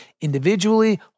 individually